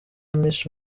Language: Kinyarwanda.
misi